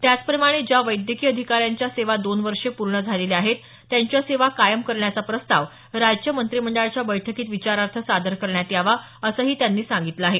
त्याचप्रमाणे ज्या वैद्यकीय अधिकाऱ्यांच्या सेवा दोन वर्षे पूर्ण झालेल्या आहेत त्यांच्या सेवा कायम करण्याचा प्रस्ताव राज्य मंत्रिमंडळाच्या बैठकीत विचारार्थ सादर करण्यात यावा असंही त्यानी सांगितल आहे